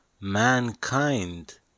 mankind